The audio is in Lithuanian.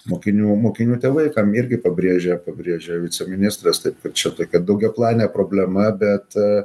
mokinių mokinių tėvai vaikam irgi pabrėžia pabrėžia viceministras tai kad čia tokia daugiaplanė problema bet